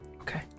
Okay